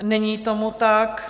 Není tomu tak.